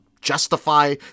justify